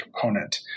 component